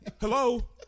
Hello